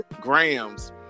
grams